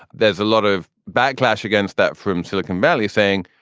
there's a lot of backlash against that from silicon valley saying.